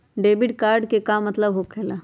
Debit card के का मतलब होकेला?